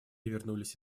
вернулись